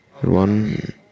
One